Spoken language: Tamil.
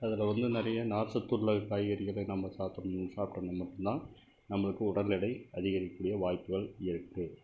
அதில் வந்து நிறைய நார்ச்சத்து உள்ள காய்கறிகளை நம்ம சாப்பிட்டோம் மட்டும்தான் நம்மளுக்கு உடல் எடை அதிகரிக்க கூடிய வாய்ப்புகள் இருக்குது